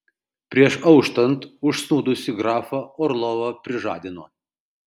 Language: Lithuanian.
prieš auštant užsnūdusį grafą orlovą prižadino